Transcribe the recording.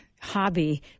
hobby